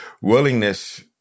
willingness